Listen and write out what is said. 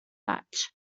batch